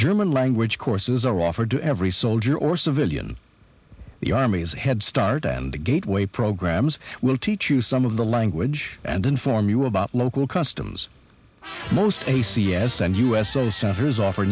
german language courses are offered to every soldier or civilian the army is a head start and the gateway programs will teach you some of the language and inform you about local customs most a c s and u s o suffer